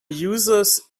users